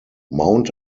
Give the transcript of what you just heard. mount